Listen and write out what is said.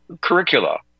curricula